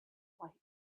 light